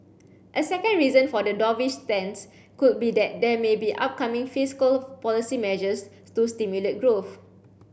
a second reason for the dovish stance could be that there may be upcoming fiscal policy measures to stimulate growth